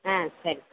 ஆ சரி